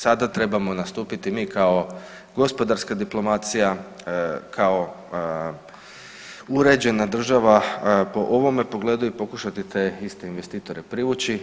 Sada trebamo nastupiti mi kao gospodarska diplomacija, kao uređena država po ovome pogledu i pokušati te iste investitore privući.